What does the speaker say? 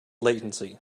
latency